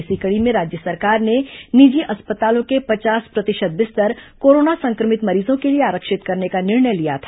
इसी कड़ी में राज्य सरकार ने निजी अस्पतालों के पचास प्रतिशत बिस्तर कोरोना संक्रमित मरीजों के लिए आरक्षित करने का निर्णय लिया था